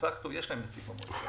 דה-פקטו יש להם נציג במועצה.